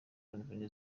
nouvelle